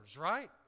Right